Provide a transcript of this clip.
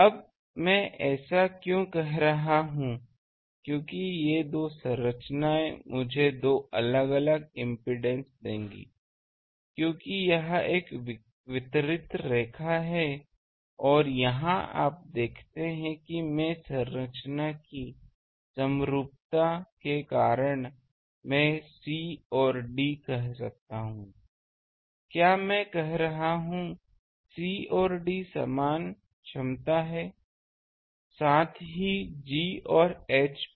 अब मैं ऐसा क्यों कह रहा हूं क्योंकि ये दो संरचनाएं मुझे दो अलग अलग इम्पीडेन्सेस देंगी क्योंकि यह एक वितरित रेखा है और यहां आप देखते हैं कि मैं संरचना की समरूपता के कारण मैं c और d कह सकता हूं क्या मैं कह सकता हूं c और d समान क्षमता हैं साथ ही g और h भी